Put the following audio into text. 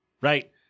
right